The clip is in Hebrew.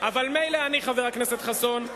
מילא אני, חבר הכנסת חסון.